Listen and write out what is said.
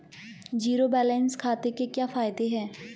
Zero balance खाते के क्या फायदे हैं?